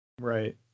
Right